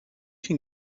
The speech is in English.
can